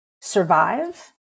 survive